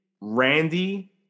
Randy